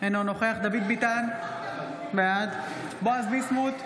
אינו נוכח דוד ביטן, בעד בועז ביסמוט,